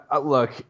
Look